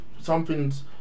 something's